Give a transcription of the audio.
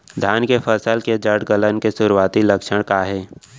धान के फसल के जड़ गलन के शुरुआती लक्षण का हे?